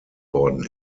worden